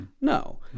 No